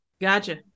Gotcha